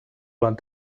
one